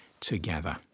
together